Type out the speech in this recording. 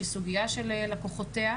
שזו סוגיה של לקוחותיה,